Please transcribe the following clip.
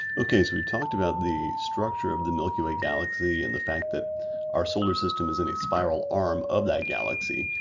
okay so we've talked about the structure of the milky way galaxy and the fact that our solar system is in a spiral arm of that galaxy.